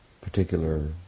particular